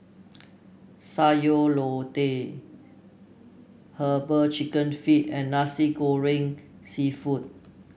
Sayur Lodeh herbal chicken feet and Nasi Goreng seafood